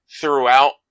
throughout